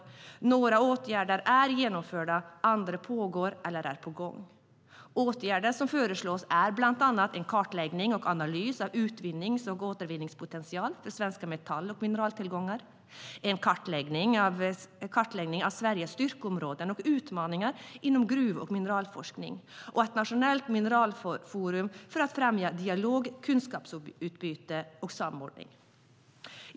Några åtgärder är genomförda, andra pågår eller är på gång. Åtgärder som föreslås är bland annat en kartläggning och analys av utvinnings och återvinningspotentialen för svenska metall och mineraltillgångar, kartläggning av Sveriges styrkeområden och utmaningar inom gruv och mineralforskningen och ett nationellt mineralforum för att främja dialog, kunskapsutbyte och samordning.